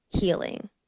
healing